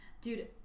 Dude